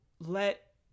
let